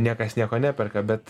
niekas nieko neperka bet